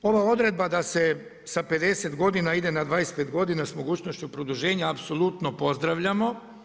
Ova odredba da se sa 50 godina ide na 25 godina s mogućnošću produženja, apsolutno pozdravljamo.